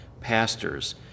pastors